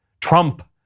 Trump